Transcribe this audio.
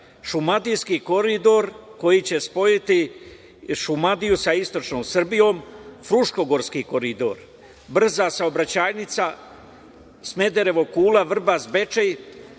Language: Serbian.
Šumadijski koridor koji će spojiti Šumadiju sa istočnom Srbijom, Fruškogorski koridor, brza saobraćajnica Smederevo-Kula-Vrbas-Bečej,